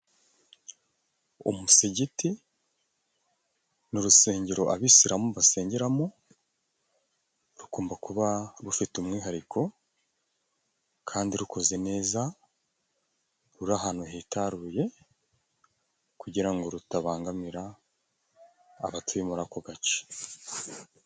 Umusigiti n'urusengero abisilamu basengeramo, rugomba kuba rufite umwihariko kandi rukozeze neza, ruri ahantu hitaruye kugira ngo rutabangamira abatuye muri ako gace.